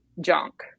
junk